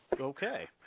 Okay